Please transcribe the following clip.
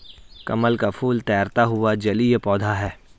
कमल का फूल तैरता हुआ जलीय पौधा है